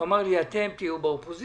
הוא אמר לי: אתם תהיו באופוזיציה,